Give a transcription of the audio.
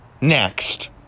next